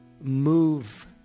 move